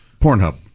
Pornhub